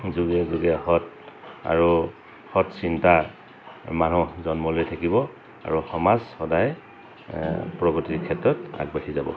যোগে যোগে সৎ আৰু সৎ চিন্তা মানুহ জন্মলৈ থাকিব আৰু সমাজ সদায় প্ৰগতিৰ ক্ষেত্ৰত আগবাঢ়ি যাব